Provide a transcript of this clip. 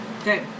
Okay